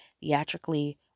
theatrically